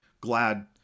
glad